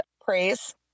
praise